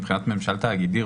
מבחינת ממשל תאגידי,